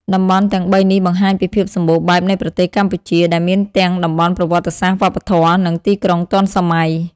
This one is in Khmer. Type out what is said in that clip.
តំបន់ទាំងបីនេះបង្ហាញពីភាពសម្បូរបែបនៃប្រទេសកម្ពុជា ដែលមានទាំងតំបន់ប្រវត្តិសាស្ត្រ វប្បធម៌ និងទីក្រុងទាន់សម័យ។